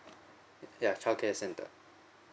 ya child care centre